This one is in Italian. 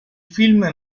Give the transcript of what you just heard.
film